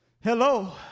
Hello